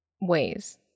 ways